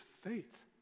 faith